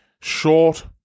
short